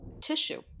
tissue